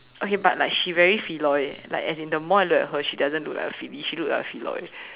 okay but like she very Feloy eh like as in the more I look at her she doesn't look like a Felice she look like a Feloy